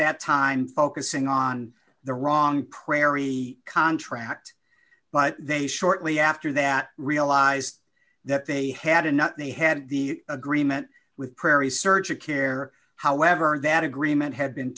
that time focusing on the wrong prairie contract but they shortly after that realized that they had enough they had the agreement with prairie search of care however that agreement had been